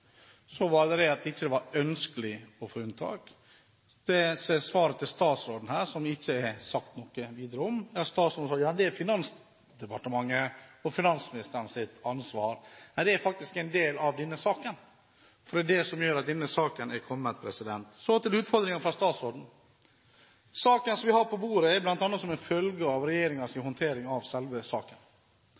så var det det at det ikke var ønskelig å få unntak? I svaret fra statsråden ble det ikke sagt noe videre om det. Statsråden sier at det er Finansdepartementets og finansministerens ansvar. Nei, det er faktisk en del av denne saken, for det er det som gjør at denne saken har kommet. Så til utfordringen fra statsråden. Saken som vi har på bordet, er en følge av regjeringens håndtering av selve saken.